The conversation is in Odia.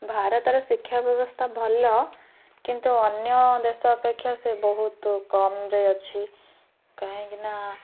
ଭାରତର ଶିକ୍ଷା ବ୍ୟବସ୍ଥା ଭଲ କିନ୍ତୁ ଅନ୍ୟ ଦେଶ ଅପେକ୍ଷା ସେ ବହୁତ କମ୍ରେ ଅଛି କାହିଁକି ନା